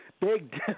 Big